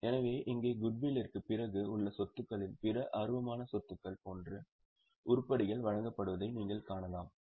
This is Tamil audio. எனவே இங்கே குட்வில்லிற்கு பிறகு உள்ள சொத்துகளில் பிற அருவமான சொத்துக்கள் போன்ற உருப்படிகள் வழங்கப்படுவதை நீங்கள் காணலாம்